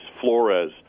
Flores